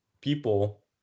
people